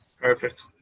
Perfect